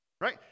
right